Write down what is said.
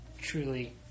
truly